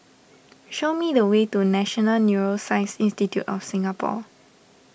show me the way to National Neuroscience Institute of Singapore